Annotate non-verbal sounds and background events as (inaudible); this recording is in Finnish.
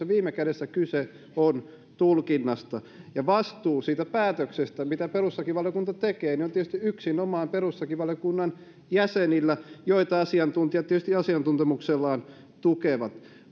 (unintelligible) viime kädessä kyse on tulkinnasta ja vastuu siitä päätöksestä mitä perustuslakivaliokunta tekee on tietysti yksinomaan perustuslakivaliokunnan jäsenillä joita asiantuntijat tietysti asiantuntemuksellaan tukevat